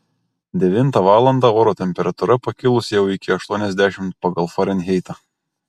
devintą valandą oro temperatūra pakilusi jau iki aštuoniasdešimt pagal farenheitą